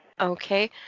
Okay